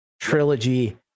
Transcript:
trilogy